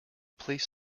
please